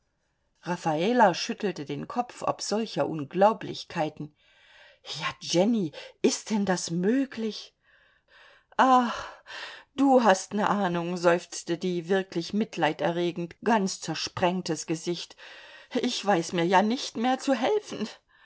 raffala schüttelte den kopf ob solcher unglaublichkeiten ja jenny ist das denn möglich ah du hast ne ahnung seufzte die wirklich mitleiderregend ganz zersprengtes gesicht ich weiß mir ja nicht mehr zu helfen